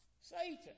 Satan